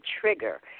trigger